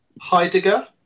Heidegger